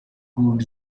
good